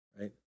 right